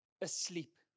asleep